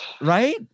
Right